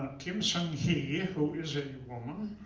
kim seung-hee, yeah who is a woman